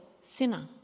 sinner